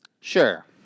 Sure